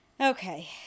Okay